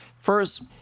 First